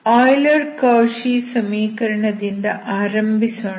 Euler Cauchy ಸಮೀಕರಣದಿಂದ ಆರಂಭಿಸೋಣ